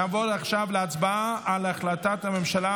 נעבור עכשיו להצבעה על החלטת הממשלה